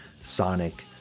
Sonic